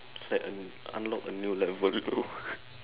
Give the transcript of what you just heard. it's like a new unlock a new level though